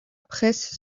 presse